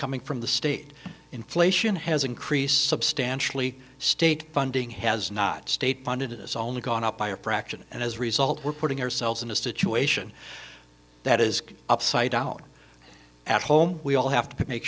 coming from the state inflation has increased substantially state funding has not state funded it it's only gone up by a fraction and as a result we're putting ourselves in a situation that is upside down at home we all have to make